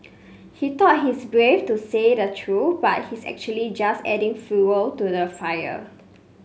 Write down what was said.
he thought he's brave for saying the truth but he's actually just adding fuel to the fire